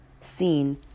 seen